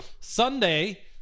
Sunday